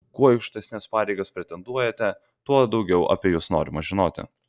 kuo į aukštesnes pareigas pretenduojate tuo daugiau apie jus norima žinoti